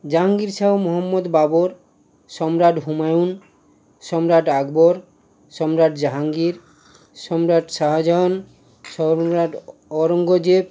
জাহাঙ্গীর শাহ মহম্মদ বাবর সম্রাট হুমায়ূন সম্রাট আকবর সম্রাট জাহাঙ্গীর সম্রাট শাহজাহান সম্রাট ঔরঙ্গজেব